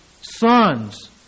sons